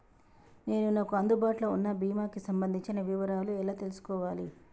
నేను నాకు అందుబాటులో ఉన్న బీమా కి సంబంధించిన వివరాలు ఎలా తెలుసుకోవాలి?